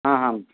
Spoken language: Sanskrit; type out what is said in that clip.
आ हा